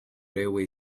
railway